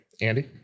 Andy